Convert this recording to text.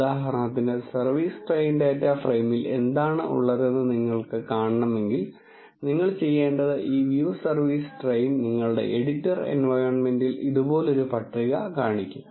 ഉദാഹരണത്തിന് service train data ഫ്രെയിമിൽ എന്താണ് ഉള്ളതെന്ന് നിങ്ങൾക്ക് കാണണമെങ്കിൽ നിങ്ങൾ ചെയ്യേണ്ടത് ഈ വ്യൂ സർവീസ് ട്രെയിൻ നിങ്ങളുടെ എഡിറ്റർ എൻവയോൺമെന്റിൽ ഇതുപോലൊരു പട്ടിക കാണിക്കും